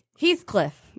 Heathcliff